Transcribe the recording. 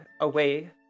away